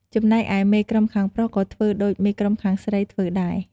ចំណែកឯមេក្រុមខាងប្រុសក៏ធ្វើដូចមេក្រុមខាងស្រីធ្វើដែរ។